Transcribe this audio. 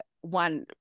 one